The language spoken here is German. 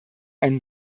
einen